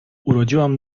urodziłam